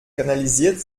kanalisiert